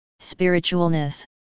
spiritualness